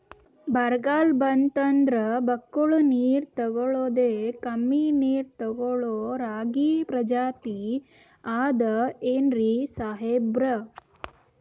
ಬರ್ಗಾಲ್ ಬಂತಂದ್ರ ಬಕ್ಕುಳ ನೀರ್ ತೆಗಳೋದೆ, ಕಮ್ಮಿ ನೀರ್ ತೆಗಳೋ ರಾಗಿ ಪ್ರಜಾತಿ ಆದ್ ಏನ್ರಿ ಸಾಹೇಬ್ರ?